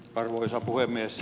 arvoisa puhemies